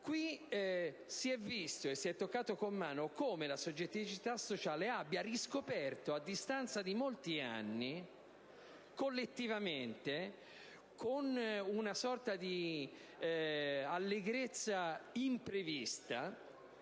si è visto e si è toccato con mano come la soggettività sociale abbia riscoperto, a distanza di molti anni, collettivamente, con una sorta di allegrezza imprevista,